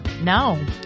no